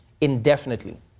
indefinitely